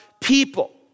people